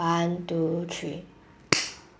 one two three